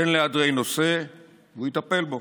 תן לאנדרי נושא והוא יטפל בו,